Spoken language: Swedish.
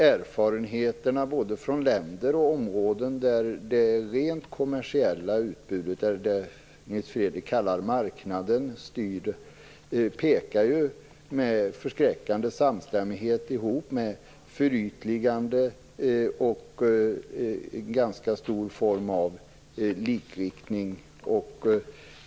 Erfarenheterna från länder och områden där det rent kommersiella utbudet styr, alltså det som Nils Fredrik Aurelius kallar "marknaden", pekar ju med förskräckande samstämmighet på förytligande och ganska stor likriktning.